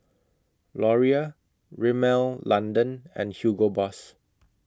Laurier Rimmel London and Hugo Boss